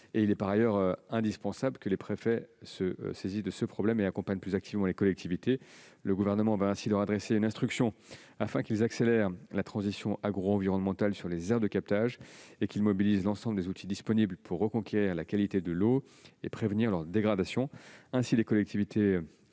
Il est par ailleurs indispensable que les préfets se saisissent de ce problème et accompagnent plus activement les collectivités. Le Gouvernement va donc leur adresser une instruction afin qu'ils accélèrent la transition agroenvironnementale sur les aires de captage et qu'ils mobilisent l'ensemble des outils disponibles pour reconquérir la qualité de l'eau et prévenir sa dégradation. Ainsi, les collectivités